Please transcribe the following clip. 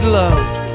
loved